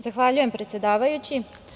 Zahvaljujem, predsedavajući.